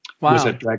Wow